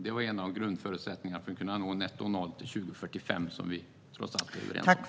Detta var en av grundförutsättningarna för att kunna nå netto noll till 2045, som vi trots allt är överens om.